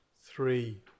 three